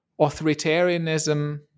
authoritarianism